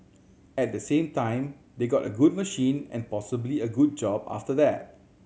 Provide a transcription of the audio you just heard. at the same time they got a good machine and possibly a good job after that